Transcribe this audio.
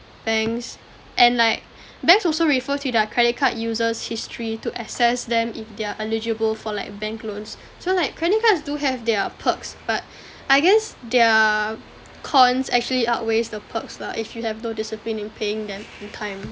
banks and like banks also refer to their credit card users history to assess them if they're eligible for like bank loans so like credit cards do have their perks but I guess their cons actually outweighs the perks lah if you have no discipline in paying them in time